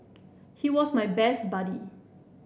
he was my best buddy